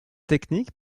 technique